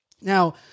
Now